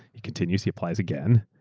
he continues. he applies again,